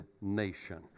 nation